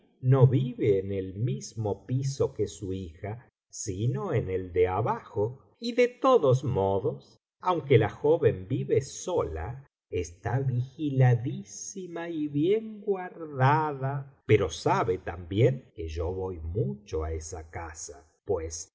no vive en el mismo piso que su hija sino en el de abajo y de todos modos aunque la joven vive sola está vigiladísima y bien guardada pero sabe también que yo voy mucho á esa casa pues